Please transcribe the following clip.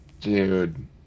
Dude